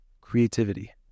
Creativity